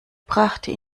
brachte